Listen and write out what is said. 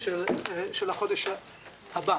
של החודש הבא